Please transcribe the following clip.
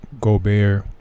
gobert